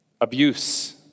Abuse